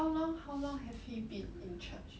but how long how long have he been in church